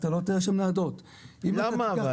אתה לא תראה שם ניידות --- למה אבל,